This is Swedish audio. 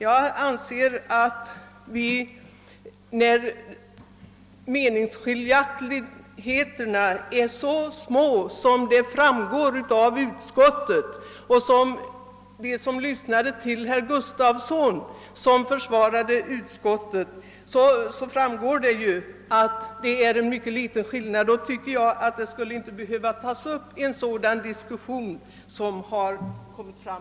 Av utskottsutlåtandet framgår att meningsskiljaktigheterna är mycket små, vilket även betonades i det anförande som hölls av herr Gustafsson i Borås, vilken försvarade «utskottets ställningstagande. Därför tycker jag att det inte skulle behövt bli en sådan diskussion som den som här har förts.